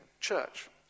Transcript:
church